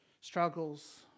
struggles